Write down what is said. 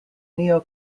neo